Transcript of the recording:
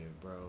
bro